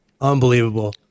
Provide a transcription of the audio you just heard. Unbelievable